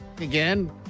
again